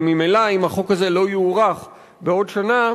אבל ממילא, אם החוק הזה לא יוארך בעוד שנה,